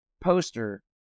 poster